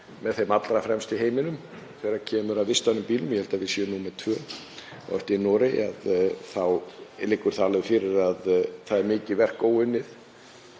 með þeim allra fremstu í heiminum þegar kemur að vistvænum bílum, ég held að við séum númer tvö á eftir Noregi, þá liggur alveg fyrir að það er mikið verk óunnið.